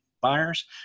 Buyers